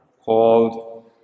called